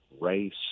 race